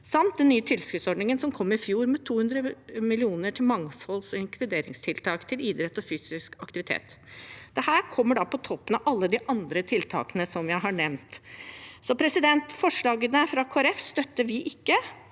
samt den nye tilskuddsordningen som kom i fjor, med 200 mill. kr til mangfolds- og inkluderingstiltak til idrett og fysisk aktivitet. Dette kommer på toppen av alle de andre tiltakene jeg har nevnt. Forslagene fra Kristelig